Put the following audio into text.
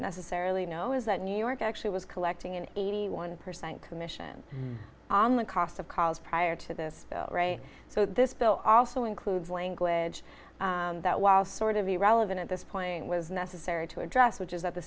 necessarily know is that new york actually was collecting an eighty one percent commission on the cost of calls prior to this so this bill also includes language that while sort of irrelevant at this point was necessary to address which is that the